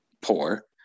poor